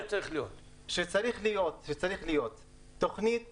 צריכה להיות תוכנית